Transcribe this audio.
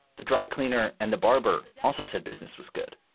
the dry cleaner and the barber also said business was good.